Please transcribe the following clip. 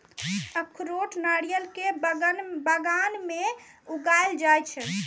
अखरोट नारियल के बगान मे उगाएल जाइ छै